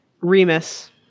Remus